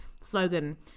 slogan